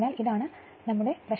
ഇതാണ് പ്രശ്നം